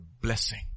blessing